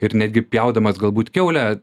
ir netgi pjaudamas galbūt kiaulę